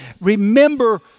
remember